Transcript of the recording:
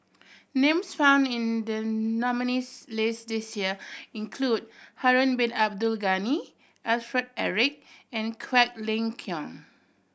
names found in the nominees' list this year include Harun Bin Abdul Ghani Alfred Eric and Quek Ling Kiong